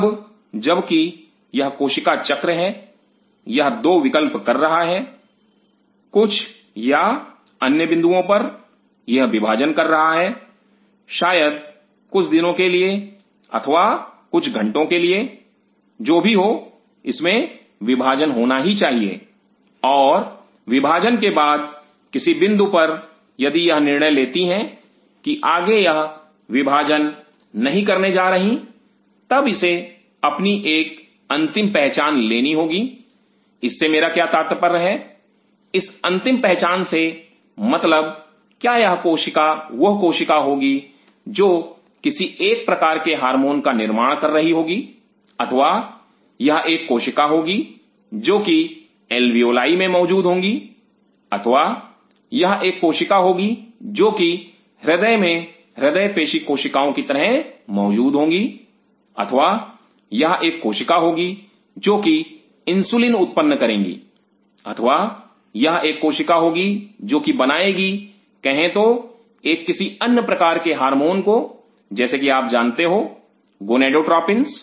अब जबकि यह कोशिका चक्र है यह दो विकल्प कर रहा है कुछ या अन्य बिंदुओं पर यह विभाजन कर रहा है शायद कुछ दिनों के लिए अथवा कुछ घंटों के लिए जो भी हो इसमें विभाजन होना ही चाहिए और विभाजन के बाद किसी बिंदु पर यदि यह निर्णय लेती है की आगे यह विभाजन करने नहीं जा रही तब इसे अपनी एक अंतिम पहचान लेनी होगी इससे मेरा क्या तात्पर्य है इस अंतिम पहचान से मतलब क्या यह वह कोशिका होगी जो किसी एक प्रकार के हार्मोन का निर्माण कर रही होगी अथवा यह एक कोशिका होगी जो कि एलवीयोलाई में मौजूद होंगी अथवा यह एक कोशिका होगी जो कि हृदय में हृदय पेशीकोशिकाओं की तरह मौजूद होंगी अथवा यह एक कोशिका होगी जो कि इंसुलिन उत्पन्न करेंगी अथवा यह एक कोशिका होगी जो कि बनाएगी कहे तो एक किसी अन्य प्रकार के हार्मोन को जैसे कि आप जानते हो गोनेडोट्रॉपिंस